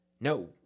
no